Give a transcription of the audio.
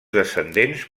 descendents